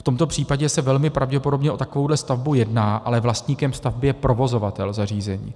V tomto případě se velmi pravděpodobně o takovou stavbu jedná, ale vlastníkem stavby je provozovatel zařízení.